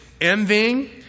envying